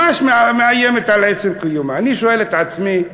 ממש מאיימת על עצם קיומה, אני שואל את עצמי: